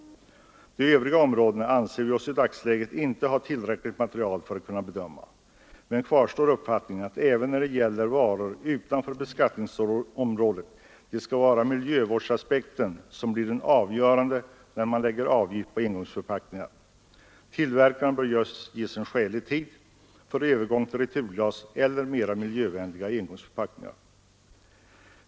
De övriga områdena anser vi oss i dagsläget inte ha tillräckligt material för att kunna bedöma, men den uppfattningen kvarstår att även när det gäller varor utanför beskattningsområdet skall det vara miljövårdsaspekten som blir avgörande när man lägger avgift på engångsförpackningar. Tillverkarna bör ges en skälig tid för övergång till returglas eller mera miljövänliga engångsförpackningar.